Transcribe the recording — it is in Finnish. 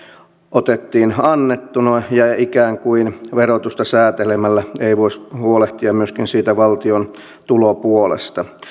otettiin annettuna ikään kuin verotusta säätelemällä ei voisi huolehtia myöskin siitä valtion tulopuolesta